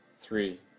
three